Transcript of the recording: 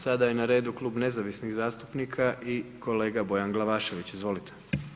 Sada je na redu Klub nezavisnih zastupnika i kolega Bojan Glavašević, izvolite.